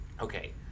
Okay